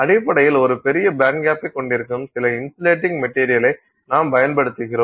அடிப்படையில் ஒரு பெரிய பேண்ட்கேப்பைக் கொண்டிருக்கும் சில இன்சுலேட்டிங் மெட்டீரியலை நாம் பயன்படுத்துகிறோம்